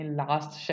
last